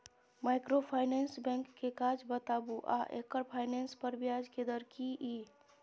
Microfinance bank के काज बताबू आ एकर फाइनेंस पर ब्याज के दर की इ?